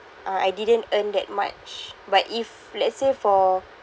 uh I didn't earn that much but if let's say for